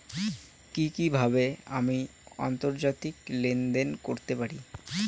কি কিভাবে আমি আন্তর্জাতিক লেনদেন করতে পারি?